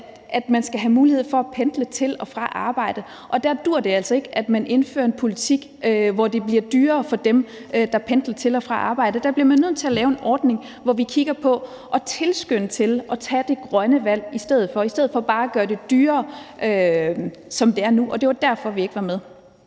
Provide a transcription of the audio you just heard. at man skal have en mulighed for at pendle til og fra arbejde. Og der duer det altså ikke, at man indfører en politik, hvor det bliver dyrere for dem, der pendler til og fra arbejde, men der bliver man nødt til at lave en ordning, hvor man kigger på at tilskynde til at tage det grønne valg i stedet for bare at gøre det dyrere, sådan som det er nu. Det var derfor, vi ikke var med.